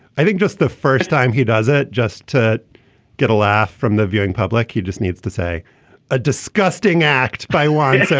i think just the first time he does it just to get a laugh from the viewing public. he just needs to say a disgusting act by wide so